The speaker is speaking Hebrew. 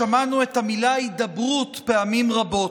שמענו את המילה "הידברות" פעמים רבות.